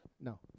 no